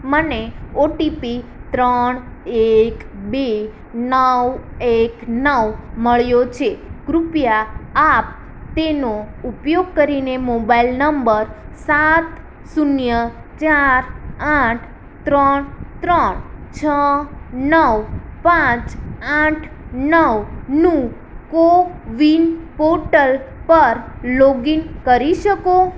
મને ઓટીપી ત્રણ એક બે નવ એક નવ મળ્યો છે કૃપયા આપ તેનો ઉપયોગ કરીને મોબાઈલ નંબર સાત શૂન્ય ચાર આઠ ત્રણ ત્રણ છ નવ પાંચ આઠ નવનું કોવિન પોર્ટલ પર લોગિન કરી શકો